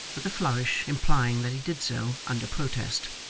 with a flourish implying that he did so, under protest.